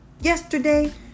yesterday